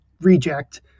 reject